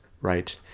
Right